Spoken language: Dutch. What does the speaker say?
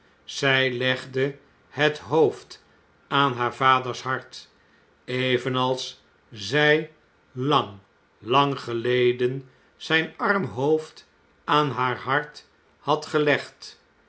zjj legde het hoofd aan haar vaders hart evenals zij lang lang geleden zjjn arm hoofd aan haar hart had gelegd